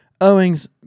Owings